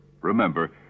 Remember